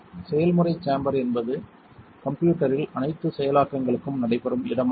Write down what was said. செயல்முறை சேம்பர் என்பது கம்ப்யூட்டரில் அனைத்து செயலாக்கங்களும் நடைபெறும் இடமாகும்